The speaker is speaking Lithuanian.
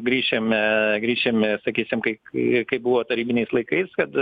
grįšime grįšime sakysim kai kaip buvo tarybiniais laikais kad